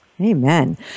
Amen